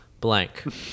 blank